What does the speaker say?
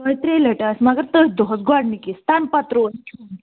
دۄیہِ ترٛیٚیہ لَٹہِ آسہِ مگر تٔتھۍ دۄہَس گۄڈٕنِکِس تَمہِ پتہٕ ترٛوو أمۍ کھیٛون